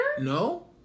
No